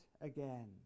again